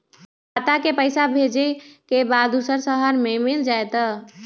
खाता के पईसा भेजेए के बा दुसर शहर में मिल जाए त?